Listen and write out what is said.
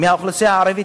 מהאוכלוסייה הערבית,